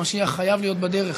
המשיח חייב להיות בדרך,